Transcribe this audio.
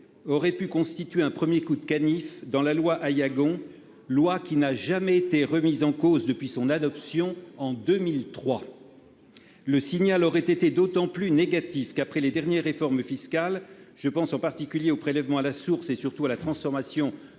aurait pu constituer un premier coup de canif à la loi Aillagon, laquelle n'a jamais été remise en cause depuis son adoption en 2003. Le signal aurait été d'autant plus négatif que, après les dernières réformes fiscales- je pense en particulier au prélèvement à la source de l'impôt sur le revenu et,